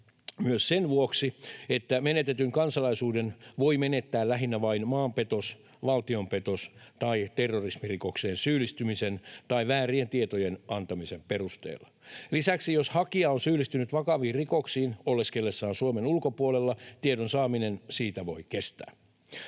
myös sen vuoksi, että menetetyn kansalaisuuden voi menettää lähinnä vain maanpetos-, valtionpetos- tai terrorismirikokseen syyllistymisen tai väärien tietojen antamisen perusteella. Lisäksi jos hakija on syyllistynyt vakaviin rikoksiin oleskellessaan Suomen ulkopuolella, tiedon saaminen siitä voi kestää.